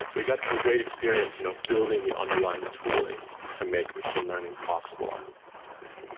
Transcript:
we got some great experience you know building the underlying tooling to make machine learning possible on these devices.